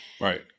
Right